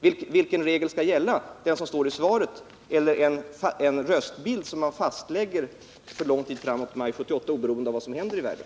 Vad skall gälla — den regel som står i svaret eller en röstbild som man för lång tid framöver fastlägger i maj 1978, oberoende av vad som händer i världen?